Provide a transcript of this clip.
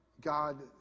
God